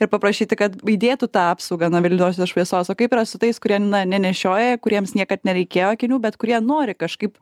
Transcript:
ir paprašyti kad įdėtų tą apsaugą nuo mėlynosios šviesos o kaip ir su tais kurie nenešioja kuriems niekad nereikėjo akinių bet kurie nori kažkaip